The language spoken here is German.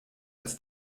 als